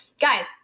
Guys